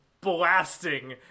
blasting